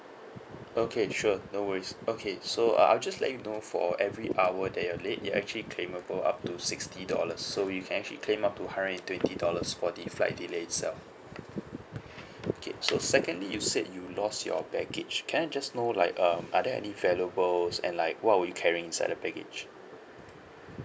okay sure no worries okay so uh I'll just let you know for every hour that you are late you're actually claimable up to sixty dollars so you can actually claim up to hundred and twenty dollars for the flight delay itself okay so secondly you said you lost your baggage can I just know like um are there any valuables and like what were you carrying inside the baggage